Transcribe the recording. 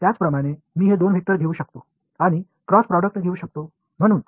இதைப்போலவே நான் இந்த இரண்டு வெக்டர்களையும் அதன் கிராஸ் ப்ராடக்ட் யையும் எடுத்துக் கொள்கிறேன்